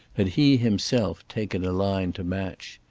had he himself taken a line to match.